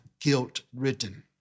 guilt-ridden